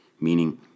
meaning